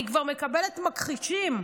אני כבר מקבלת מכחישים.